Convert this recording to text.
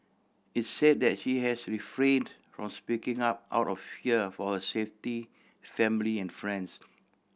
its said that she has refrained from speaking up out of fear for her safety family and friends